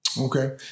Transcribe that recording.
Okay